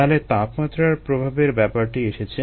তাহলে এখানে তাপমাত্রার প্রভাবের ব্যাপারটি এসেছে